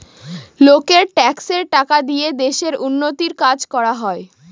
লোকের ট্যাক্সের টাকা দিয়ে দেশের উন্নতির কাজ করা হয়